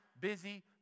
busy